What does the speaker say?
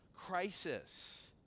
crisis